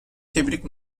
tebrik